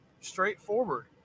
straightforward